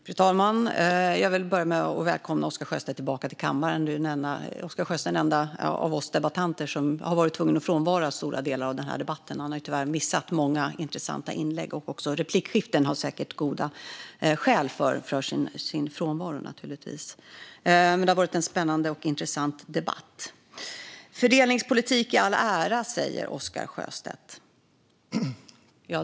Fru talman! Jag vill börja med att välkomna Oscar Sjöstedt tillbaka till kammaren. Oscar Sjöstedt är en den enda av oss som debatterar som har varit tvungen att frånvara under stora delar av den här debatten. Han har tyvärr missat många intressanta inlägg och replikskiften. Han har säkert goda skäl för sin frånvaro. Men det har varit en spännande och intressant debatt. Fördelningspolitik i all ära, säger Oscar Sjöstedt.